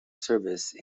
service